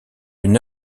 une